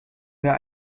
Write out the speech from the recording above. mir